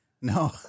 no